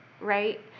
right